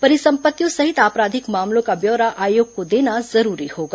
परिसम्पत्तियों सहित आपराधिक मामलों का ब्यौरा आयोग को देना जरूरी होगा